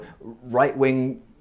right-wing